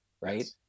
right